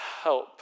help